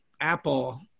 Apple